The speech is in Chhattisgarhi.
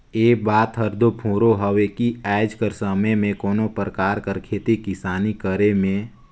ए बात हर दो फुरों हवे कि आएज कर समे में कोनो परकार कर खेती किसानी करे में